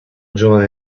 giovane